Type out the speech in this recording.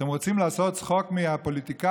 אתם רוצים לעשות צחוק מהפוליטיקאים?